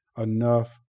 enough